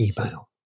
email